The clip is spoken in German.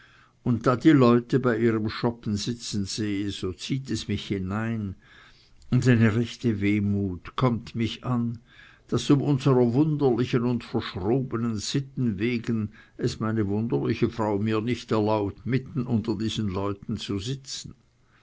und da die leute bei ihrem schoppen sitzen sehe so zieht es mich hinein und eine rechte wehmut kömmt mich an daß um unserer wunderlichen und verschrobenen sitten wegen es meine wunderliche frau mir nicht erlaubt mitten unter diesen leuten zu sitzen